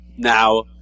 Now